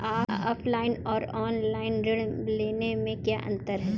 Offline और online ऋण लेने में क्या अंतर है?